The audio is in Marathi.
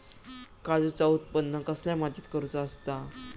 काजूचा उत्त्पन कसल्या मातीत करुचा असता?